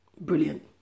brilliant